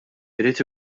irid